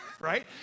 right